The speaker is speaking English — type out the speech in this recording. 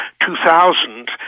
2000